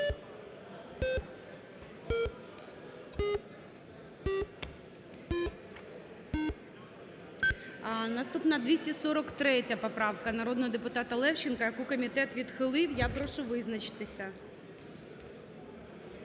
наступна 240 поправка народного депутата Левченка, комітет її відхилив. Прошу визначитися.